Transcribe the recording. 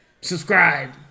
Subscribe